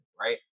right